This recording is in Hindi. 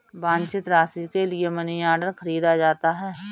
वांछित राशि के लिए मनीऑर्डर खरीदा जाता है